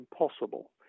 impossible